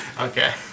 Okay